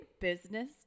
business